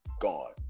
gone